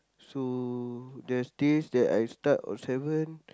so there's days that I start on seven